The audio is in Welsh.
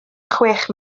chwech